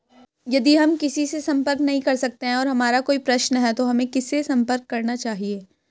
यदि हम किसी से संपर्क नहीं कर सकते हैं और हमारा कोई प्रश्न है तो हमें किससे संपर्क करना चाहिए?